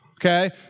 okay